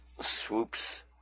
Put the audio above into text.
swoops